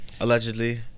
Allegedly